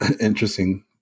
interesting